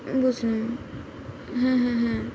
বুঝলাম হ্যাঁ হ্যাঁ হ্যাঁ